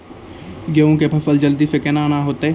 गेहूँ के फसल जल्दी से के ना होते?